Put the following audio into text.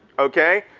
okay?